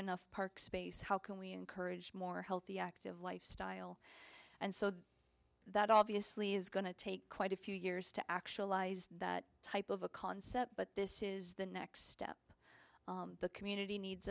enough park space how can we encourage more healthy active lifestyle and so that obviously is going to take quite a few years to actualize that type of a concept but this is the next step the community needs